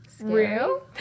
real